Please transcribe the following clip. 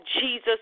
Jesus